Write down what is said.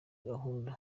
gahunda